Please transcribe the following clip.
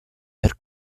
per